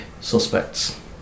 suspects